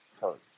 hurt